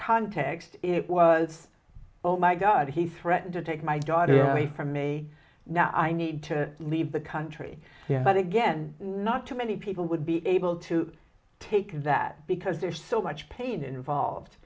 context it was oh my god he threatened to take my daughter from me now i need to leave the country but again not too many people would be able to take that because there's so much pain involved